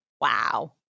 Wow